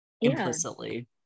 implicitly